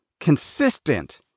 consistent